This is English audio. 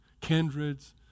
kindreds